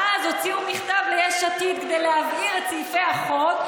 ואז הוציאו מכתב ליש עתיד כדי להבהיר את סעיפי החוק,